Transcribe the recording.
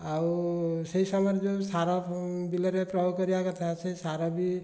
ଆଉ ସେଇ ସମୟରେ ଯେଉଁ ସାର ବିଲରେ ପ୍ରୟୋଗ କରିବା କଥା ସେଇ ସାର ବି